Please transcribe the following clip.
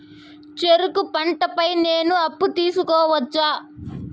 చెరుకు పంట పై నేను అప్పు తీసుకోవచ్చా?